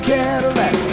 Cadillac